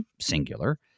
singular